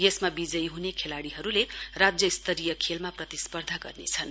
यसमा विजयी हुने खेलाड़ीहरूले राज्य स्तरीय खेलमा प्रतिस्पर्धा गर्नेछन्